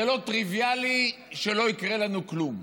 זה לא טריוויאלי שלא יקרה לנו כלום.